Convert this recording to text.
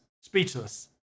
speechless